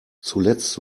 zuletzt